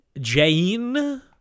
Jane